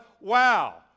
wow